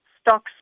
stocks